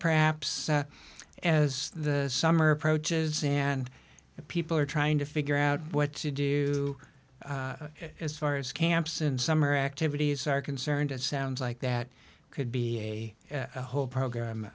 perhaps as the summer approaches and people are trying to figure out what to do as far as camps and summer activities are concerned it sounds like that could be a whole program